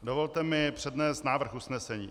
Dovolte mi přednést návrh usnesení: